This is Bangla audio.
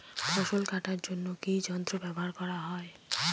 ফসল কাটার জন্য কি কি যন্ত্র ব্যাবহার করা হয়?